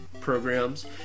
programs